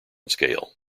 scale